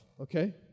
okay